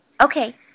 Okay